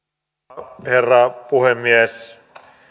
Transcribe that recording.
arvoisa herra puhemies